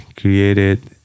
created